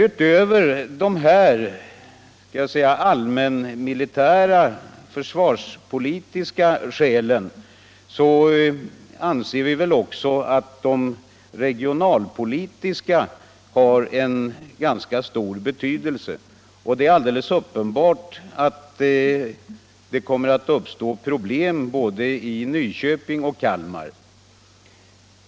Utöver dessa allmänmilitära försvarspolitiska skäl anser vi också att de regionalpolitiska har ganska stor betydelse, och det är alldeles uppenbart att det kommer att uppstå problem i både Nyköping och Kalmar.